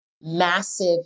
massive